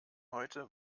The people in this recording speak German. heute